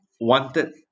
wanted